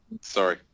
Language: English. sorry